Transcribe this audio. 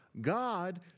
God